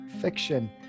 fiction